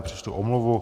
Přečtu omluvu.